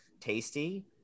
tasty